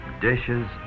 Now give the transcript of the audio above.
dishes